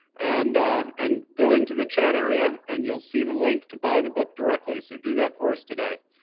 and and go into the chat area and you'll see the link to buy the book directly, so do that for us today.